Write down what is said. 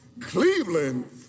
Cleveland